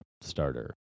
starter